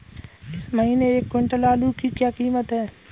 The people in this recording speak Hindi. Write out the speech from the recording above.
इस महीने एक क्विंटल आलू की क्या कीमत है?